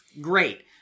great